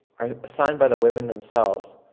are assigned by the women themselves,